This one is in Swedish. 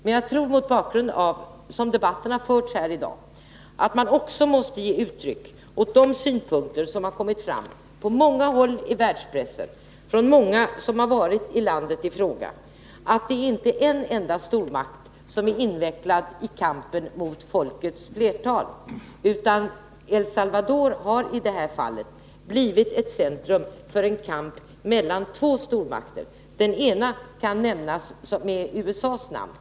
Men jag tror, mot bakgrund av den debatt som förts i dag, att man också måste ge uttryck åt de synpunkter som kommit fram på många hålli världspressen och från många som varit i landet i fråga, nämligen att det inte är en enda stormakt som är invecklad i kampen. El Salvador har blivit ett centrum för en kamp mellan två stormakter. Den ena kan benämnas med USA:s namn.